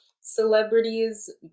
celebrities